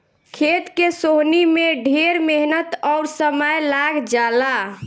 खेत के सोहनी में ढेर मेहनत अउर समय लाग जला